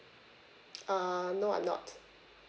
err no I'm not